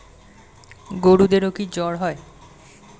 গরুদেরও কি জ্বর হয়?